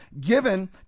given